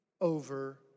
over